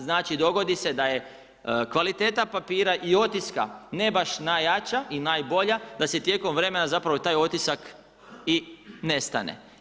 Znači dogodi se da je kvaliteta papira i otiska ne baš najjača i najbolja, da se tijekom vremena zapravo taj otisak i nestane.